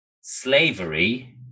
slavery